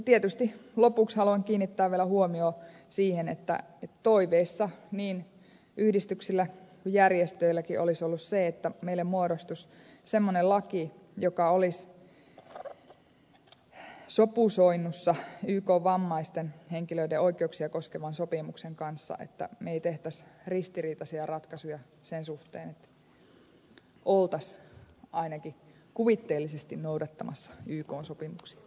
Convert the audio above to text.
tietysti lopuksi haluan kiinnittää vielä huomiota siihen että toiveissa niin yhdistyksillä kuin järjestöilläkin olisi ollut se että meille muodostuisi semmoinen laki joka olisi sopusoinnussa ykn vammaisten henkilöiden oikeuksia koskevan sopimuksen kanssa että me emme tekisi ristiriitaisia ratkaisuja sen suhteen että olisimme ainakin kuvitteellisesti noudattamassa ykn sopimuksia